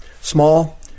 small